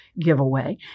giveaway